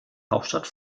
hauptstadt